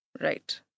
Right